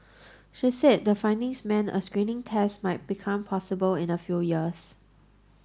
she said the findings meant a screening test might become possible in a few years